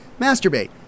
masturbate